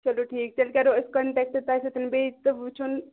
چلو ٹھیٖک تیٚلہِ کَرو أسۍ کَنٹیٚکٹہٕ تۄہہ سۭتیٚن بیٚیہِ تہٕ وُچھن